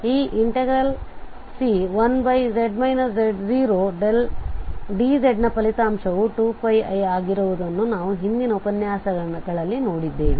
ಈ C1z z0dz ನ ಫಲಿತಾಂಶವು 2πi ಆಗಿರುವುದನ್ನು ನಾವು ಹಿಂದಿನ ಉಪನ್ಯಾಸಗಳಲ್ಲಿ ನೋಡಿದ್ದೇವೆ